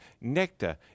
nectar